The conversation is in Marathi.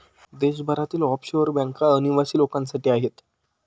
देशभरातील ऑफशोअर बँका अनिवासी लोकांसाठी आहेत